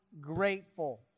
grateful